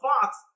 Fox